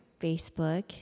Facebook